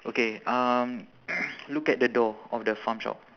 okay um look at the door of the farm shop